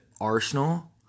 Arsenal